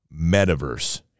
metaverse